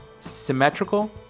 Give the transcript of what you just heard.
symmetrical